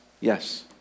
Yes